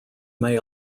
may